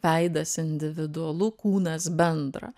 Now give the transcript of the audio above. veidas individualu kūnas bendra